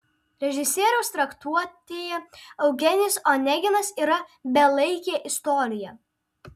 režisieriaus traktuotėje eugenijus oneginas yra belaikė istorija